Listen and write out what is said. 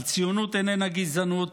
הציונות איננה גזענות.